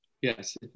Yes